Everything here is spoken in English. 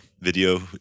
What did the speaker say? video